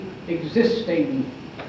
existing